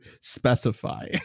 specify